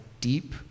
deep